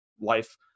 life